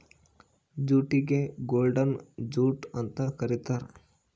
ಜೂಟಿಗೆ golden jute ಅಂತ ಕರೀತಾರ